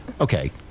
Okay